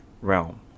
realm